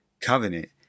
covenant